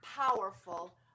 powerful